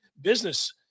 business